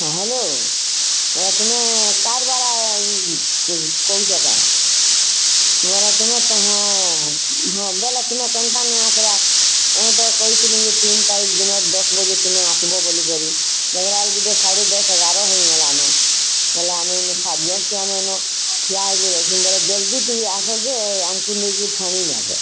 ହଁ ହାଲୋ ତୁମେ କାର୍ବାଲା କହୁଚେ କେ ବଲା ତୁମେ ତମ ବୋଲେ ତୁମେ କେନ୍ତା ନ ଆସିବାଁ ଆମେ ତ କହିଥିଲୁ ତିନ୍ ତାରିଖ ଦିନେ ଦଶ୍ ବଜେ ତୁମେ ଆସିବଁ ବୋଲି କରିଁ ମଗର୍ ଆଇ କିରି ସାଢ଼େ ଦଶ ଏଗାର ହେଇଗଲାନୁ ହେଲା ଆମେ ଏଇନୋ ସାଢ଼େ ଦଶଟା ନେ ନୁ ଠିଆ ହେଇ କରି ରହିସୁନ ଜଲ୍ଦି ଟିକେ ଆସ ଯେ ଆମକୁ ନେଇ କି ଛାଡ଼ିଁ ନବ